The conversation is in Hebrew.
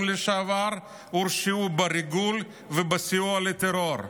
לשעבר הורשעו בריגול ובסיוע לטרור,